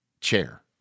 chair